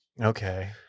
Okay